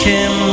Kim